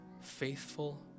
faithful